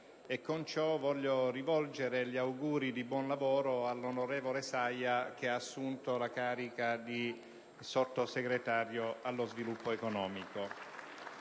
nel contempo, rivolgere gli auguri di buon lavoro all'onorevole Saglia che ha assunto la carica di sottosegretario allo sviluppo economico.